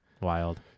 wild